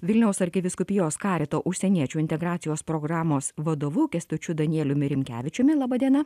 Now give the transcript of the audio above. vilniaus arkivyskupijos karito užsieniečių integracijos programos vadovu kęstučiu danieliumi rimkevičiumi laba diena